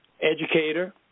educator